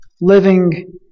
living